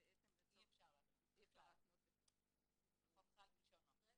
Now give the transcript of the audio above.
ובשלה נתן המשלם הוראת תשלום לביצוע פעולת תשלום מובטחת,